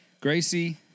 Gracie